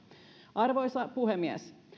arvoisa puhemies